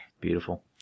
Beautiful